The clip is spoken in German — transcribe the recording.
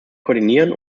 koordinieren